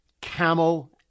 camel